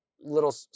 little